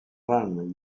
run